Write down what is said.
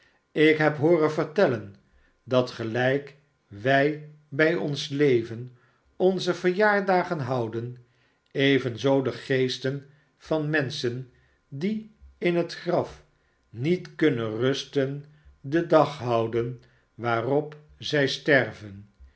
ik heb hooren vertellen dat gelijk wij bij ons leven onze verjaardagen houden evenzoo de geesten van menschen die in het graf niet kunnen rusten den dag houden waarop zij sterven